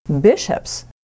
Bishops